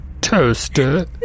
Toaster